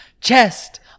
chest